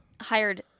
hired